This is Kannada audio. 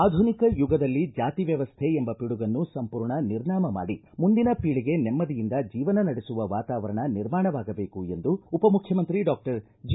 ಆಧುನಿಕ ಯುಗದಲ್ಲಿ ಜಾತಿ ವ್ಯವಸ್ಥೆ ಎಂಬ ಪಿಡುಗನ್ನು ಸಂಪೂರ್ಣ ನಿರ್ನಾಮ ಮಾಡಿ ಮುಂದಿನ ಪೀಳಿಗೆ ನೆಮ್ಮದಿಯಿಂದ ಜೀವನ ನಡೆಸುವ ವಾತಾವರಣ ನಿರ್ಮಾಣವಾಗಬೇಕು ಎಂದು ಉಪಮುಖ್ಖಮಂತ್ರಿ ಡಾಕ್ಟರ್ ಜಿ